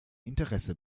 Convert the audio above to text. interesse